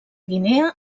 guinea